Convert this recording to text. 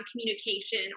communication